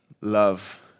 Love